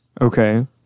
Okay